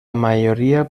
mayoría